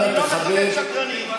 אני לא מכבד שקרנים, אני לא מכבד שקרנים.